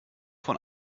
von